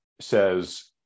says